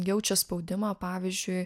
jaučia spaudimą pavyzdžiui